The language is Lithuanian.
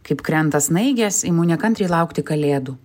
kaip krenta snaigės imu nekantriai laukti kalėdų